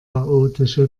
chaotische